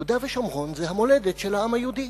יהודה ושומרון זה המולדת של העם היהודי,